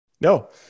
no